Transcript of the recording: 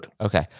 Okay